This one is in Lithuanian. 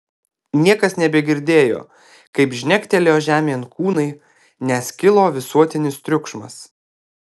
niekas nebegirdėjo kaip žnektelėjo žemėn kūnai nes kilo visuotinis triukšmas